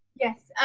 yes,